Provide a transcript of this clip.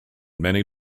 many